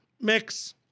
mix